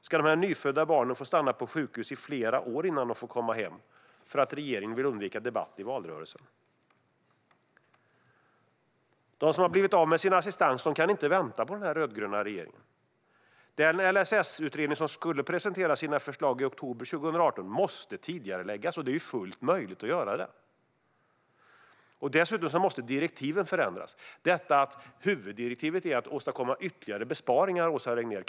Ska de här nyfödda barnen behöva stanna på sjukhus i flera år innan de får komma hem för att regeringen vill undvika en debatt i valrörelsen? De som har blivit av med sin assistans kan inte vänta på denna rödgröna regering. Den LSS-utredning som skulle presentera sina förslag i oktober 2018 måste tidigareläggas, och det är fullt möjligt att göra det. Dessutom måste direktiven förändras. Huvuddirektivet är att åstadkomma ytterligare besparingar, Åsa Regnér.